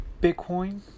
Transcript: Bitcoin